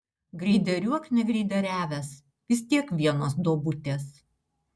greideriuok negreideriavęs vis tiek vienos duobutės